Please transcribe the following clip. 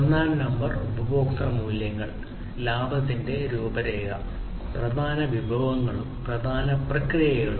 ഒന്നാം നമ്പർ ഉപഭോക്തൃ മൂല്യങ്ങൾ ലാഭത്തിന്റെ രൂപരേഖ പ്രധാന വിഭവങ്ങളും പ്രധാന പ്രക്രിയകളും